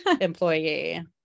employee